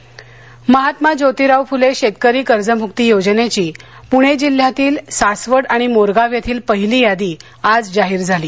कर्जमुक्ती योजना महात्मा जोतिराव फुले शेतकरी कर्जमुक्ती योजनेची पुणे जिल्ह्यातील सासवड आणि मोरगाव येथील पहिली यादी आज जाहीर झाली